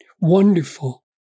wonderful